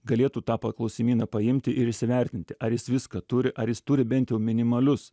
galėtų tą klausimyną paimti ir įsivertinti ar jis viską turi ar jis turi bent jau minimalius